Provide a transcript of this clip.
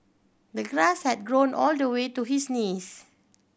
the grass had grown all the way to his knees